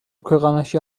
ქვეყანაში